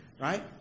right